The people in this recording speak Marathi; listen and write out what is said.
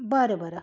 बरं बरं